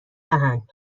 دهند